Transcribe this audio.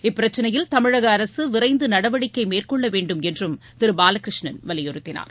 இப்பிரச்சனையில் தமிழகஅரசுவிரைந்துநடவடிக்கைமேற்கொள்ளவேண்டும் திருபாலகிருஷ்ணன் வலியுறுத்தினார்